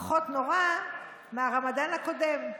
פחות נורא מהרמדאן הקודם.